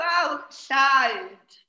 outside